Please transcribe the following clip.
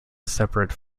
separate